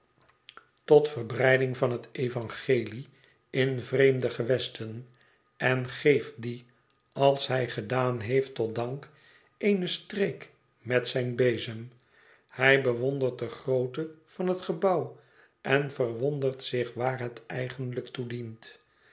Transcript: tot verbreiding van het evangelie in vreemde gewesten en geeft die als hij gedaan heeft tot dank eene streek met zijn bezem hij bewondert de grootte van het gebouw en verwondert zich waar het eigenlijk